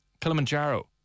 Kilimanjaro